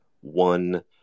one